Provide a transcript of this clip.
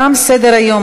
תם סדר-היום.